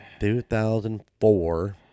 2004